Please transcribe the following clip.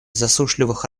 засушливых